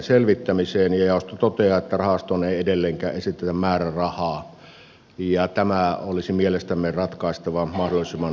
jaosto toteaa että rahastoon ei edelleenkään esitetä määrärahaa ja tämä olisi mielestämme ratkaistava mahdollisimman nopeasti